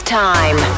time